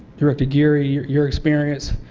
director geary your your experience,